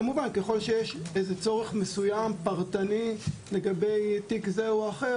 כמובן ככל שיש צורך מסוים פרטני לגבי תיק זה או אחר